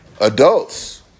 adults